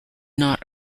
not